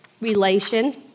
relation